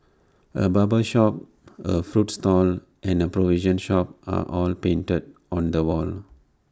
A barber shop A fruit stall and A provision shop are all painted on the wall